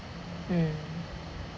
mm